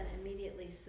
immediately